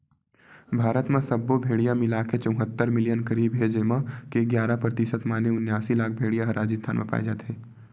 भारत म सब्बो भेड़िया मिलाके चउहत्तर मिलियन करीब हे जेमा के गियारा परतिसत माने उनियासी लाख भेड़िया ह राजिस्थान म पाए जाथे